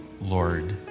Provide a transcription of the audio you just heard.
Lord